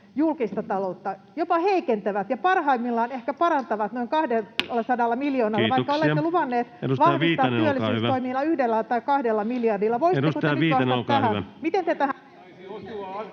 julkista taloutta, jopa heikentävät, ja parhaimmillaan ehkä parantavat noin 200 miljoonalla, vaikka olette luvanneet vahvistaa työllisyystoimia 1 tai 2 miljardilla.